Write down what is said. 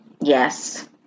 Yes